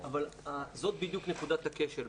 אבל זאת בדיוק נקודת הכשל.